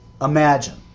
imagine